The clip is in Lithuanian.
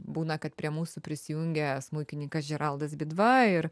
būna kad prie mūsų prisijungia smuikininkas džeraldas bidva ir